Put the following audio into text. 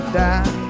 die